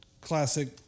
classic